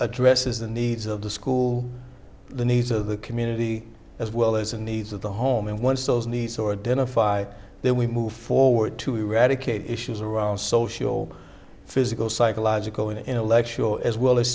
addresses the needs of the school the needs of the community as well as in needs of the home and once those needs or denah fi then we move forward to eradicate issues around social physical psychological intellectual as well as